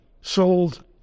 sold